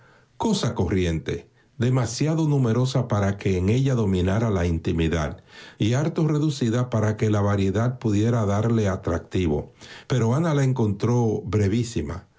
cosa corriente demasiado numerosa para que en ella dominara la intimidad y harto reducida para que la variedad pudiera darle atractivo pero ana la encontró brevísima